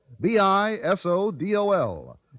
B-I-S-O-D-O-L